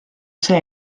see